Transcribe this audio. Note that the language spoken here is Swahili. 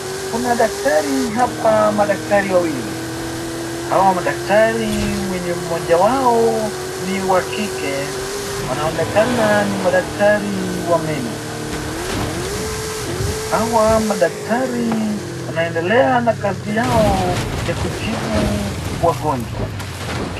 Kuna daktari hapa, madaktari wawili. Hawa madaktari mwenye mmoja wao ni wa kike wanaonekana ni madaktari wa meno. Hawa madaktari wanaendelea na kazi yao ya kutibu wagonjwa.